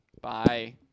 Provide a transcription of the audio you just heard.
Bye